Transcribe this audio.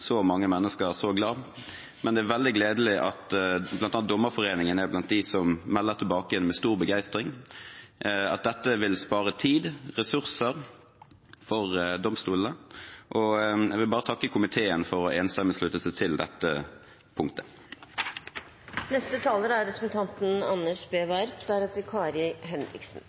så mange mennesker så glade, men det er veldig gledelig at bl.a. Dommerforeningen er blant dem som melder tilbake igjen med stor begeistring at dette vil spare tid og ressurser for domstolene, og jeg vil bare takke komiteen for enstemmig å ha sluttet seg til dette punktet. De som leser justiskomiteens innstilling – det er